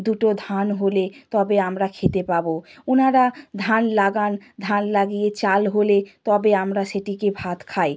দুটো ধান হলে তবে আমরা খেতে পাব ওনারা ধান লাগান ধান লাগিয়ে চাল হলে তবে আমরা সেটিকে ভাত খাই